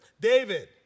David